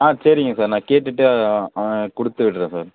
ஆ சரிங்க சார் நான் கேட்டுவிட்டு ஆ கொடுத்துவிட்றன் சார்